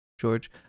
George